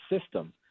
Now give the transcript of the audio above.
system